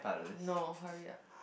no hurry up